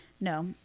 no